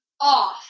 off